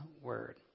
word